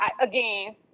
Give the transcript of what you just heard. again